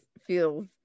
feels